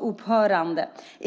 upphörande.